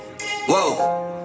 Whoa